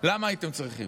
למה הייתם צריכים?